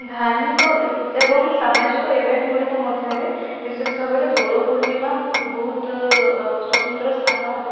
ଧାର୍ମିକ ଏବଂ ସାମାଜିକ ଇଭେଣ୍ଟଗୁଡ଼ିକ ମଧ୍ୟରେ ବିଶେଷଭାବରେ ଦୋଳପୂର୍ଣ୍ଣିମା ବହୁତ ସ୍ବତନ୍ତ୍ରସ୍ଥାନ